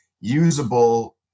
usable